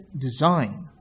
design